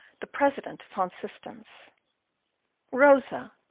the president van systens rosa,